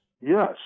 Yes